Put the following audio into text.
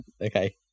okay